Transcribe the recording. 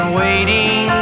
waiting